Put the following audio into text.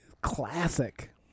Classic